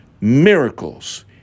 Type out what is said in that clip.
miracles